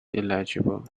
illegible